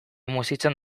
mutxitzen